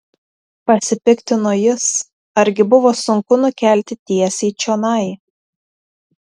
pasipiktino jis argi buvo sunku nukelti tiesiai čionai